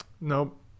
nope